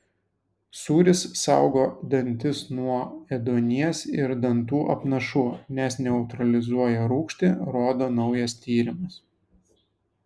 sūris saugo dantis nuo ėduonies ir dantų apnašų nes neutralizuoja rūgštį rodo naujas tyrimas